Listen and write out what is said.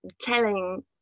telling